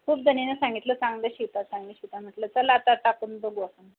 खूप जणीनं सांगितलं चांगलं शिवता चांगलं शिवता म्हटलं चला आता टाकून बघू आपण